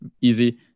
easy